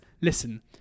listen